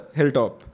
hilltop